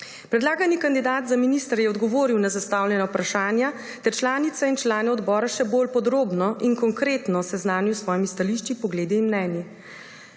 Predlagani kandidat za ministra je odgovoril na zastavljena vprašanja ter članice in člane odbora še bolj podrobno in konkretno seznanil s svojimi stališči, pogledi in mnenji.